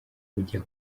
ujya